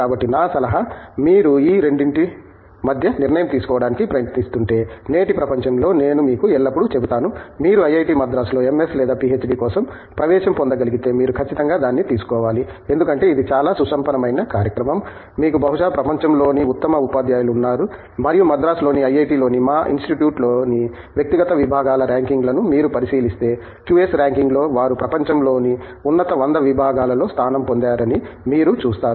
కాబట్టి నా సలహా మీరు ఈ రెండింటి మధ్య నిర్ణయం తీసుకోవడానికి ప్రయత్నిస్తుంటే నేటి ప్రపంచంలో నేను మీకు ఎల్లప్పుడూ చెబుతాను మీరు ఐఐటి మద్రాసులో ఎంఎస్ లేదా పిహెచ్డి కోసం ప్రవేశం పొందగలిగితే మీరు ఖచ్చితంగా దీన్ని తీసుకోవాలి ఎందుకంటే ఇది చాలా సుసంపన్నమైన కార్యక్రమం మీకు బహుశా ప్రపంచంలోని ఉత్తమ ఉపాధ్యాయులు ఉన్నారు మరియు మద్రాసులోని ఐఐటిలోని మా ఇన్స్టిట్యూట్లోని వ్యక్తిగత విభాగాల ర్యాంకింగ్లను మీరు పరిశీలిస్తే QS ర్యాంకింగ్లో వారు ప్రపంచంలోని ఉన్నత 100 విభాగాలలో స్థానం పొందారని మీరు చూస్తారు